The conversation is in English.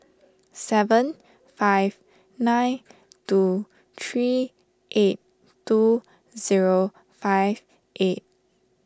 seven five nine two three eight two zero five eight